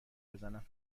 بزنم